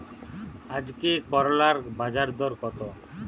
আজকে করলার বাজারদর কত?